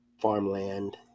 farmland